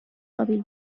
رابیل